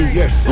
yes